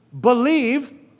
believe